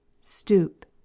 stoop